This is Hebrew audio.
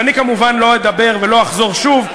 ואני כמובן לא אדבר ולא אחזור שוב,